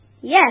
Yes